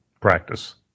Practice